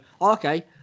okay